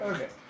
Okay